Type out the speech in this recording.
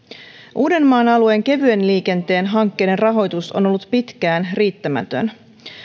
uudenmaan alueen kevyen liikenteen hankkeiden rahoitus on ollut pitkään riittämätön